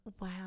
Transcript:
Wow